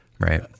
Right